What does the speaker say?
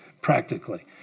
practically